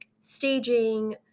staging